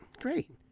great